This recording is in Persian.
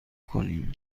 کنیم